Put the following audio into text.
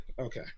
Okay